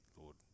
Lord